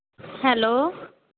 hello